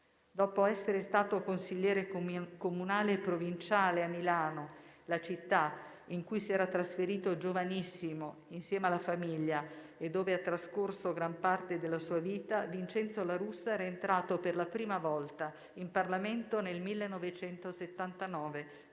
Dopo essere stato consigliere comunale e provinciale a Milano, la città in cui si era trasferito giovanissimo insieme alla famiglia e dove ha trascorso gran parte della sua vita, Vincenzo la Russa era entrato per la prima volta in Parlamento nel 1979